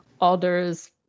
Alder's